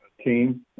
team